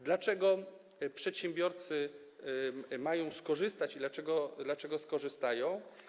Dlaczego przedsiębiorcy mają skorzystać i dlaczego skorzystają?